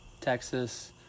Texas